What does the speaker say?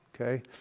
Okay